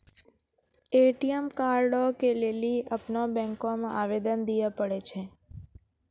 ATM कार्डो के लेली अपनो बैंको मे आवेदन दिये पड़ै छै